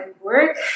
work